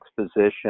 exposition